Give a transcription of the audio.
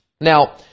Now